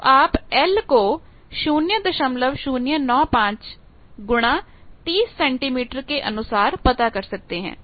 तो आप L को 0095 30 सेंटीमीटर के अनुसार पता कर सकते हैं